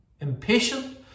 impatient